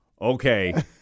okay